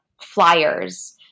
flyers